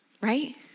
right